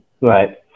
Right